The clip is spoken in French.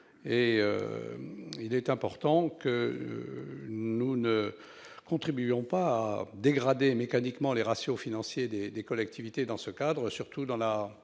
et il importe que nous ne contribuions pas à dégrader mécaniquement les ratios financiers des collectivités dans ce cadre, surtout dans la